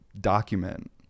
document